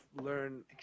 learn